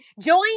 Join